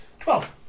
Twelve